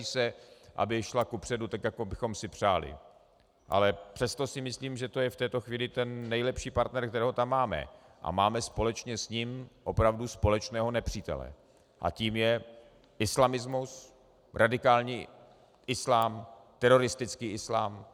Vládě se nedaří, aby šla kupředu tak, jako bychom si přáli, ale přesto si myslím, že to je v této chvíli ten nejlepší partner, kterého tam máme, a máme společně s ním opravdu společného nepřítele a tím je islamismus, radikální islám, teroristický islám.